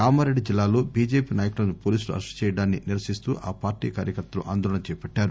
కామారెడ్డి జిల్లాలో బీజేపీ నాయకులను పోలీసులు అరెస్టు చేయడాన్ని నిరసిస్తూ ఆ పార్టీ కార్యకర్తలు ఆందోళన చేపట్టారు